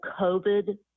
COVID